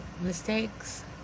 mistakes